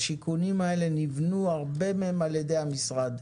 הרבה מהשיכונים האלה נבנו על ידי המשרד,